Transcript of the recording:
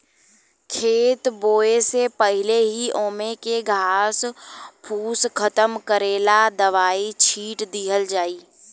खेत बोवे से पहिले ही ओमे के घास फूस खतम करेला दवाई छिट दिहल जाइ